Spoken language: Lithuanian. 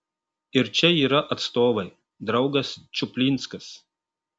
ir čia yra atstovai draugas čuplinskas